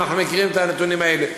ואנחנו מכירים את הנתונים האלה.